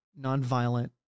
nonviolent